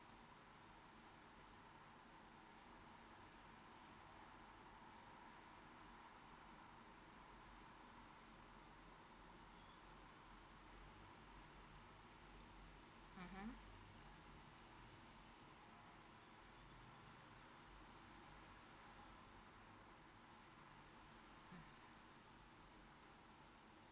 mmhmm